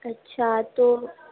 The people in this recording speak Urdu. اچھا تو